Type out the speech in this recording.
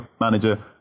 manager